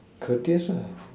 courtesy